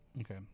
okay